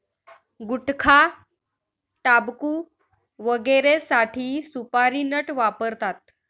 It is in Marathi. गुटखाटाबकू वगैरेसाठी सुपारी नट वापरतात